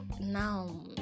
now